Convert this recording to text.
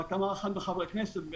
שאמר אחד מחברי הכנסת,